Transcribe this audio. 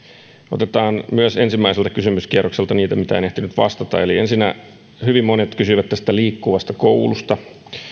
otetaan myös ensimmäiseltä kysymyskierrokselta niitä mihin en ehtinyt vastata ensinnä hyvin monet kysyivät liikkuvasta koulusta